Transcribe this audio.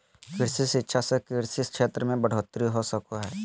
कृषि शिक्षा से कृषि क्षेत्र मे बढ़ोतरी हो सको हय